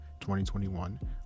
2021